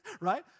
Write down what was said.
right